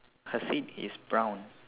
her seat is brown